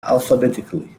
alphabetically